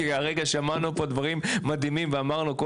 כי הרגע שמענו פה דברים מדהימים ואמרנו כל